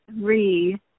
three